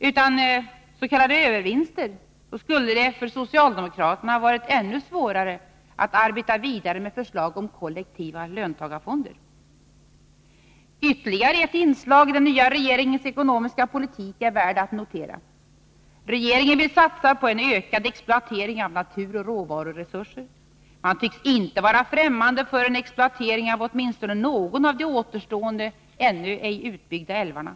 Utan s.k. övervinster skulle det för socialdemokraterna varit ännu svårare att arbeta vidare med förslag om kollektiva löntagarfonder. Ytterligare ett inslag i den nya regeringens ekonomiska politik är värd att notera. Regeringen vill satsa på en ökad exploatering av naturoch råvaruresurser. Man tycks inte vara främmande för en exploatering av åtminstone någon av de återstående ännu ej utbyggda älvarna.